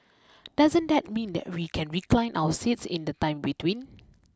doesn't that mean that we can recline our seats in the time between